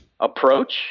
approach